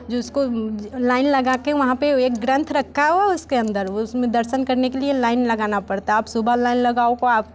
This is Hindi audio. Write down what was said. जिसको लाइन लगा के वहाँ पे एक ग्रंथ रखा हुआ उसके अंदर उसमें दर्शन करने के लिए लाइन लगाना पड़ता है आप सुबह लाइन लगाओ को आप